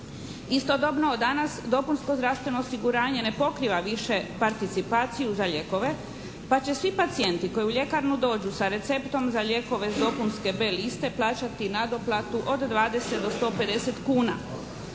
Istodobno od danas dopunsko zdravstveno osiguranje ne pokriva više participaciju za lijekove pa će svi pacijenti koji u ljekarnu dođu sa receptom za lijekove s dopunske B liste plaćati nadoplatu od 20 do 150 kuna.